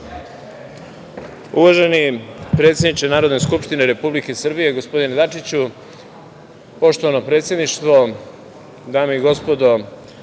Uvaženi predsedničke Narodne skupštine Republike Srbije gospodine Dačiću, poštovano predsedništvo, dame i gospodo